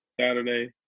Saturday